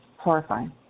Horrifying